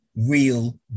Real